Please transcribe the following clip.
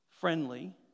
friendly